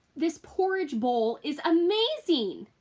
this porridge bowl is amazing.